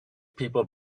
people